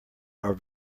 are